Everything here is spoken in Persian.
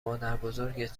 مادربزرگت